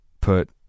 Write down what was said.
put